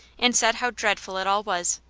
and said how dreadful it all was.